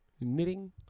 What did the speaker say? Knitting